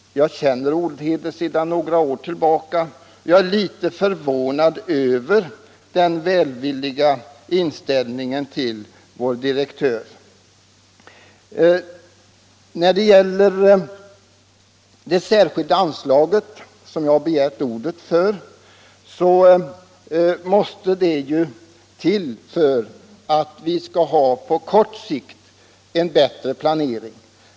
Jag känner Olhede sedan några år tillbaka, och jag är litet förvånad över de borgerligas plötsligt välvilliga inställning till vår generaldirektör. Jag har begärt ordet för att tala om det särskilda anslaget. Detta anslag måste till för att vi på kort sikt skall få en bättre planering.